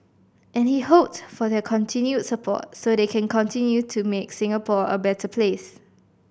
and he hoped for their continued support so they can continue to make Singapore a better place